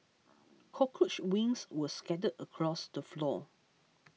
cockroach wings were scattered across the floor